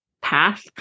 path